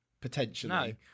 potentially